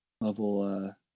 level